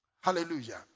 Hallelujah